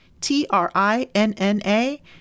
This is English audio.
T-R-I-N-N-A